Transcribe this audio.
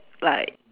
like